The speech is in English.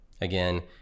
again